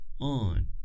on